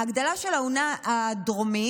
ההגדלה של האונה הדרומית